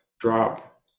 drop